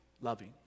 loving